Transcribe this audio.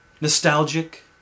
nostalgic